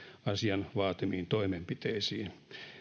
asian vaatimiin toimenpiteisiin